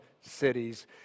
cities